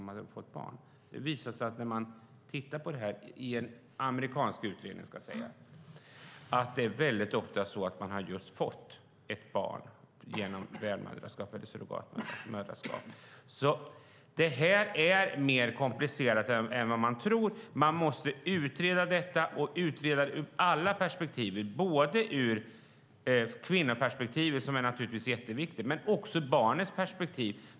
Det har när man har tittat på detta i en amerikansk utredning visat sig att det väldigt ofta är så att de har fått ett barn genom värdmoderskap eller surrogatmoderskap. Detta är mer komplicerat än man tror. Man måste utreda det, och utreda det ur alla perspektiv - både ur kvinnoperspektivet, som naturligtvis är jätteviktigt, och ur barnets perspektiv.